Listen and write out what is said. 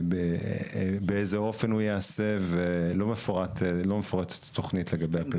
מפורט באיזה אופן הוא יעשה ולא מפורט תוכנית לגבי,